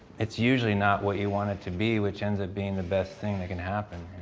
it's usually not what you want it to be which ends up being the best thing that could happen.